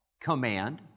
command